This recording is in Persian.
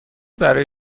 برای